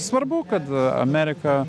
svarbu kad amerika